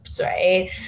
Right